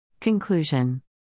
Conclusion